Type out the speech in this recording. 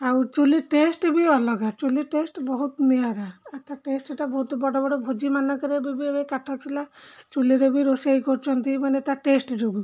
ଆଉ ଚୁଲି ଟେଷ୍ଟ ବି ଅଲଗା ଚୁଲି ଟେଷ୍ଟ ବହୁତ ନିଆରା ଆ ତା ଟେଷ୍ଟଟା ବହୁତ ବଡ଼ ବଡ଼ ଭୋଜି ମାନଙ୍କରେ ବି ଏବେ କାଠ ଚୁଲା ଚୁଲିରେ ବି ରୋଷେଇ କରୁଛନ୍ତି ମାନେ ତା ଟେଷ୍ଟ ଯୋଗୁଁ